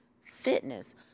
fitness